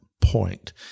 point